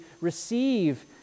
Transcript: receive